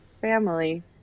family